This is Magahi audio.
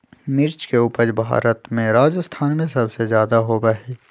मिर्च के उपज भारत में राजस्थान में सबसे ज्यादा होबा हई